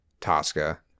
Tosca